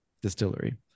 distillery